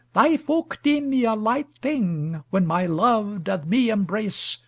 thy folk deem me a light thing, when my love doth me embrace,